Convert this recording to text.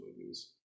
movies